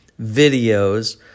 videos